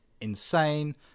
insane